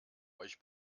euch